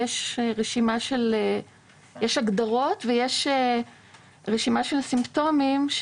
יש הגדרות ויש רשימה של סימפטומים,